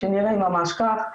שנראים ממש כך,